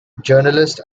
journalist